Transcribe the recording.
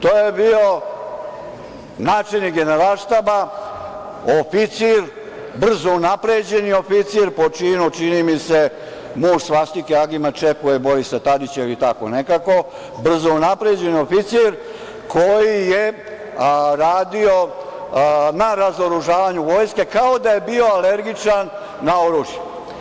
To je bio načelnik generalštaba, oficir, brzo unapređeni oficir, po činu, čini mi se, muž svastike Agima Čekua i Borisa Tadića ili tako nekako, brzo unapređeni oficir, koji je radio na razoružavanju vojske, kao da je bio alergičan na oružje.